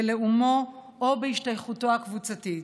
בלאומו או בהשתייכותו הקבוצתית,